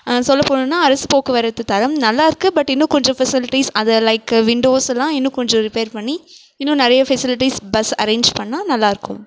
சொல்ல போகணுனா அரசு போக்குவரத்து தரம் நல்லா இருக்குது பட் இன்னும் கொஞ்சம் ஃபெசிலிட்டிஸ் அது லைக் விண்டோஸ் எல்லாம் இன்னும் கொஞ்சம் ரிப்பேர் பண்ணி இன்னும் நிறைய ஃபெசிலிட்டிஸ் பஸ் அரேஞ் பண்ணிணா நல்லாயிருக்கும்